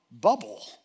bubble